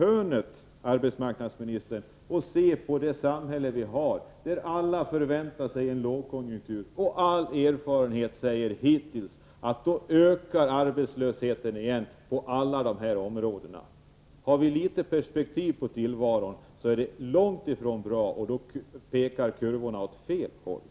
Det ser man om man tittar runt hörnet i det samhälle vi har, där alla nu väntar sig en lågkonjunktur. All erfarenhet hittills säger att arbetslösheten på alla de här områdena då återigen ökar. Har man litet perspektiv på tillvaron finner man att det är långt ifrån bra och att kurvorna pekar åt fel håll.